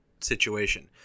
situation